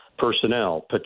Personnel